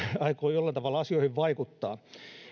aikoo jollain tavalla asioihin vaikuttaa